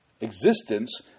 existence